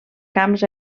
camps